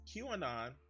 QAnon